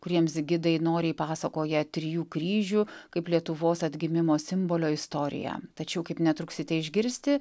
kuriems gidai noriai pasakoja trijų kryžių kaip lietuvos atgimimo simbolio istoriją tačiau kaip netruksite išgirsti